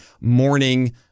morning